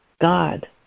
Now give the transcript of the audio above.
God